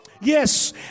yes